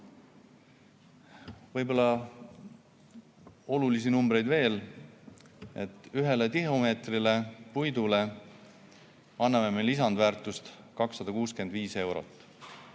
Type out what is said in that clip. Võib-olla veel olulisi numbreid. Ühele tihumeetrile puidule anname lisandväärtust 265 eurot.